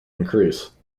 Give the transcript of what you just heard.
increase